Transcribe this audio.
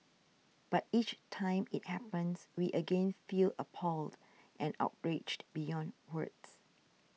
but each time it happens we again feel appalled and outraged beyond words